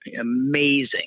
amazing